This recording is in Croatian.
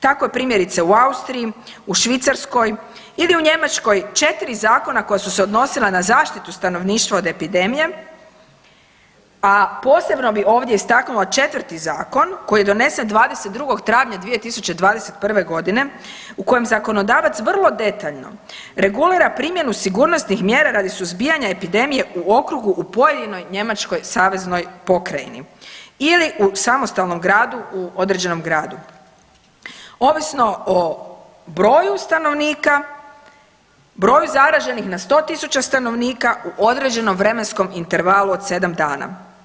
Tako je primjerice u Austriji, Švicarskoj ili u Njemačkoj 4 zakona koja su se odnosila na zaštitu stanovništva od epidemije, a posebno bi ovdje istaknula četvrti zakon koji je donesen 22. travnja 2021. godine u kojem zakonodavac vrlo detaljno regulira primjernu sigurnosnih mjera radi suzbijanja epidemije u okrugu u pojedinoj njemačkoj saveznoj pokrajini ili u samostalnom gradu u određenom gradu ovisno o broju stanovnika, broju zaraženih na 100.000 stanovnika u određenom vremenskom intervalu od 7 dana.